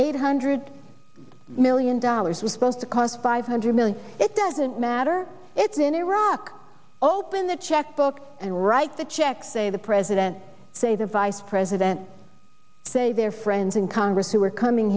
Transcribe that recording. eight hundred million dollars was supposed to cost five hundred million it doesn't matter if in iraq open the checkbook and write the checks say the president say the vice president say their friends in congress who are coming